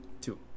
Two